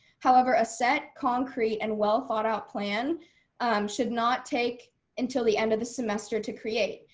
however, a set concrete and well thought out plan should not take until the end of the semester to create.